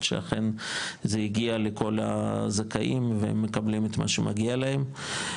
שאכן זה הגיע לכל הזכאים והם מקבלים את מה שמגיע להם.